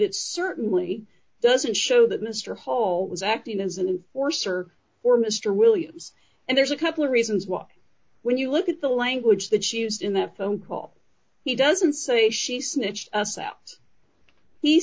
it certainly doesn't show that mr hall was acting as an enforcer for mr williams and there's a couple of reasons why when you look at the language that she used in that phone call he doesn't say she snitched us out he